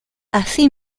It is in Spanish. así